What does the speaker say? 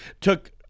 took